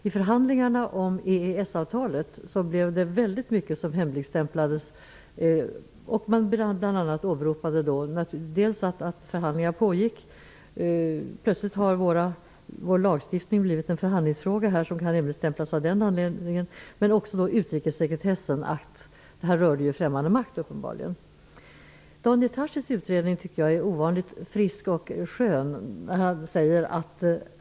I förhandlingarna om EES-avtalet var det mycket som hemligstämplades under åberopande av att förhandlingar pågick -- plötsligt har vår lagstiftning blivit en förhandlingsfråga som av denna anledning kan hemligstämplas. Men också utrikessekretessen åberopades, eftersom det uppenbarligen rörde främmande makt. Daniel Tarschys utredning är ovanligt frisk och skön.